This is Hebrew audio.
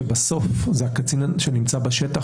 שבסוף זה הקצין שנמצא בשטח,